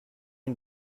une